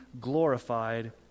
glorified